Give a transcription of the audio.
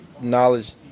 knowledge